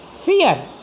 fear